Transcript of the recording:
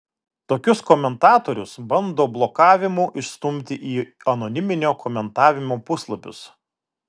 tokius komentatorius bando blokavimu išstumti į anoniminio komentavimo puslapius